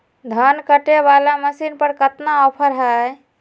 धान कटे बाला मसीन पर कतना ऑफर हाय?